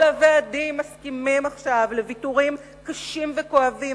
כל הוועדים מסכימים עכשיו לוויתורים קשים וכואבים,